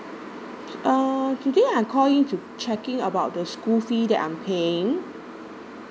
uh today I call in to checking about the school fee that I'm paying